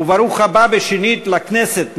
וברוך הבא שנית לכנסת,